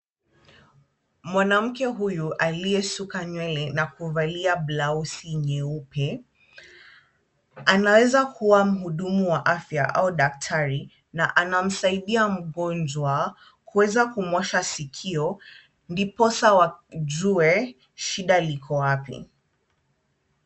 Mwanamke huyu aliyesuka nywele na kuvalia blausi nyeupe, anaweza kuwa mhudumu wa afya au daktari na anamsaidia mgonjwa kuweza kumwosha sikio ndiposa wajue shida liko wapi.